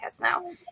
now